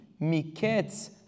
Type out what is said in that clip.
miketz